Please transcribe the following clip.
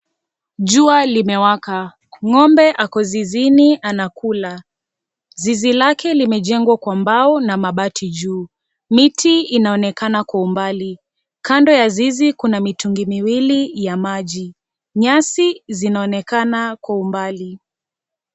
Jua limewaka ng'ombe ako zizini anakula, zizi lake limejengwa kwa mbao na mabati juu, miti inaonekana kwa umbali kando ya zizi kuna mitungi miwili ya maji nyasi zinaonekana kwa umbali.